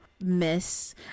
miss